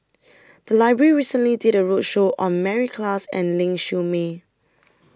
The Library recently did A roadshow on Mary Klass and Ling Siew May